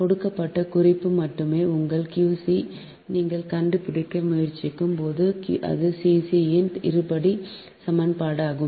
கொடுக்கப்பட்ட குறிப்பு மட்டுமே உங்கள் Q c நீங்கள் கண்டுபிடிக்க முயற்சிக்கும் போது அது c c இன் இருபடி சமன்பாடாகும்